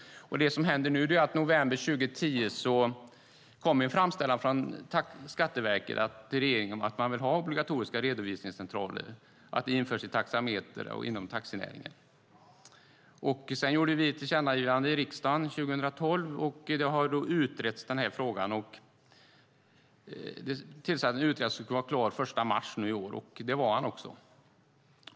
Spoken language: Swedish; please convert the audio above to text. Det som har hänt är att det den 20 november 2010 kom en framställan från Skatteverket till regeringen om att obligatoriska redovisningscentraler för taxameter inom taxinäringen borde införas. Sedan gjorde vi ett tillkännagivande i riksdagen 2012, och frågan har utretts. Det tillsattes en utredning som skulle vara klar den 1 mars i år, och det var den också.